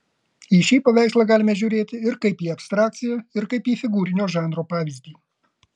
į šį paveikslą galime žiūrėti ir kaip į abstrakciją ir kaip į figūrinio žanro pavyzdį